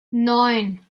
neun